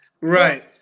Right